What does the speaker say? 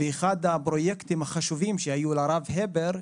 אחד הפרויקטים החשובים שהיו לרב הבר,